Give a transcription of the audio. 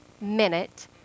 minute